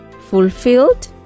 fulfilled